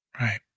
Right